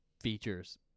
features